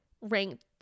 ranked